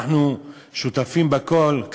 אנחנו שותפים בכול,